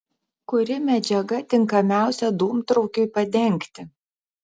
kuri medžiaga tinkamiausia dūmtraukiui padengti